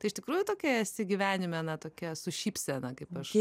tai iš tikrųjų tokia esi gyvenime na tokia su šypsena kaip aš